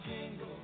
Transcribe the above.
jingle